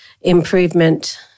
improvement